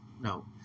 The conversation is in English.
no